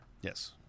Yes